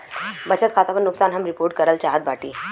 बचत खाता पर नुकसान हम रिपोर्ट करल चाहत बाटी